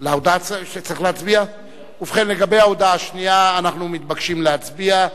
על ההודעה השנייה צריכים להצביע.